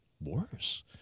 worse